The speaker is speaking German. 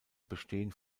bestehen